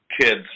kids